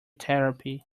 therapy